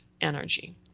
energy